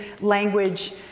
language